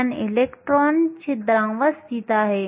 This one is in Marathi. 54 इलेक्ट्रॉन छिद्रांवर स्थित आहे